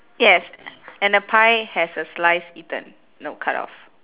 yes and the pie has a slice eaten no cut off